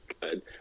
good